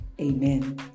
Amen